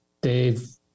dave